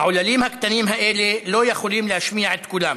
העוללים הקטנים האלה לא יכולים להשמיע את קולם.